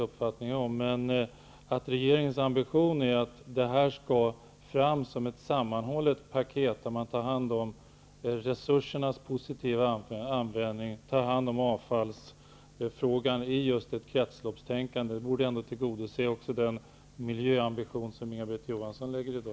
Regeringens ambition är att ta fram ett sammanhållet paket, där den positiva användningen av resurserna och avfallsfrågorna ingår i ett kretsloppstänkande. Det borde också tillgodose den miljöambition som Inga-Britt